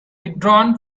withdrawn